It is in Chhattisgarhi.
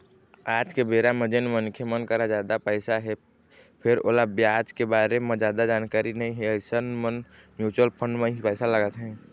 आज के बेरा म जेन मनखे मन करा जादा पइसा हे फेर ओला बजार के बारे म जादा जानकारी नइ हे अइसन मन म्युचुअल फंड म ही पइसा लगाथे